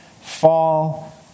fall